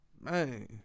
Man